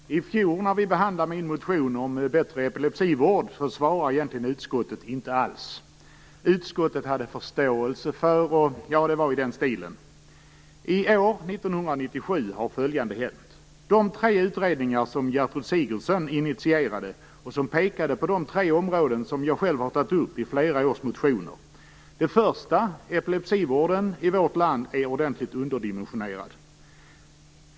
Herr talman! I fjol, när vi behandlade min motion om bättre epilepsivård, svarade utskottet egentligen inte alls. Utskottet uttryckte att man hade förståelse för problemet och mer i den stilen. I år, 1997, har följande hänt. De tre utredningar som Gertrud Sigurdsen initierade pekade på de tre områden som jag själv har tagit upp i flera års motioner. För det första är epilepsivården i vårt land ordentligt underdimensionerad.